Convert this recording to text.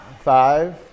Five